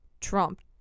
trump